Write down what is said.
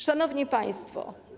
Szanowni Państwo!